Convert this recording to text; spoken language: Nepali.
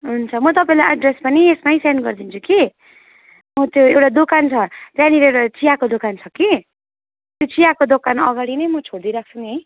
हुन्छ म तपाईँलाई एड्रेस पनि यसमै सेन्ड गरिदिन्छु कि मो त्यो एउटा दोकान छ त्यहाँनिर एउटा चियाको दोकान छ कि त्यो चियाको दोकानअगाडि नै म छोडिदिइराख्छु नि है